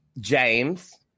James